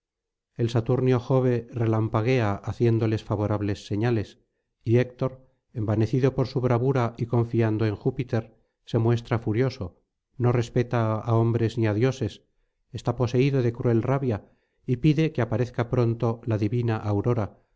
el saturnio jove relampaguea haciéndoles favorables señales y héctor envanecido por su bravura y confiando en júpiter se muestra furioso no respeta á hombres ni á dioses está poseído de cruel rabia y pide que aparezca pronto la divina aurora